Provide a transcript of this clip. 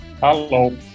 Hello